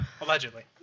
allegedly